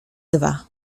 dwa